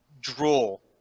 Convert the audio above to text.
drool